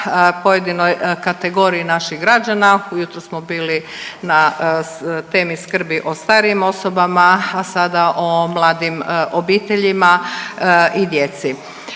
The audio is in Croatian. pojedinoj kategoriji naših građana, ujutro smo bili na temi skrbi o starijim osobama, a sada o mladim obiteljima i djeci.